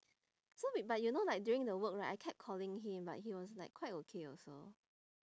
so we but you know like during the work right I kept calling him but he was like quite okay also